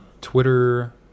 Twitter